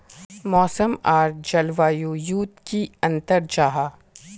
मौसम आर जलवायु युत की अंतर जाहा?